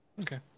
okay